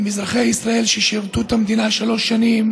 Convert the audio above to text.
עם אזרחי ישראל ששירתו את המדינה שלוש שנים,